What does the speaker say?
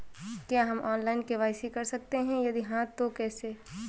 क्या हम online KYC कर सकते हैं यदि हाँ तो कैसे?